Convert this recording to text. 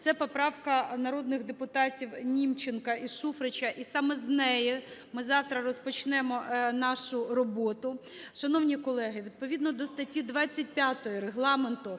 це поправка народних депутатів Німченка і Шуфрича, і саме з неї ми завтра розпочнемо нашу роботу. Шановні колеги, відповідно до статті 25 Регламенту